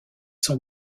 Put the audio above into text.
son